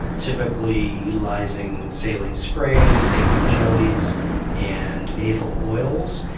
typically utilising saline sprays, saline jellies and nasal oils.